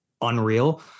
unreal